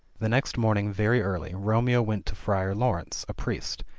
the next morning very early romeo went to friar laurence, a priest,